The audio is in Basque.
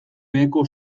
beheko